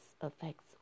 affects